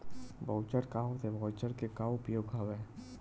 Voucher का होथे voucher के का उपयोग हवय?